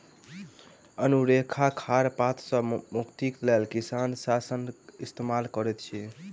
अनेरुआ खर पात सॅ मुक्तिक लेल किसान शाकनाशक इस्तेमाल करैत अछि